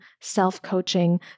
self-coaching